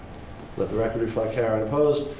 let the record reflect karen opposed.